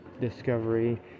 Discovery